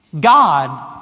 God